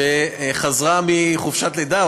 שחזרה מחופשת לידה,